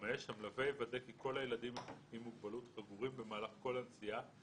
המלווה יוודא כי כל הילדים עם מוגבלולת חגורים במהלך כל הנסיעה